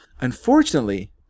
Unfortunately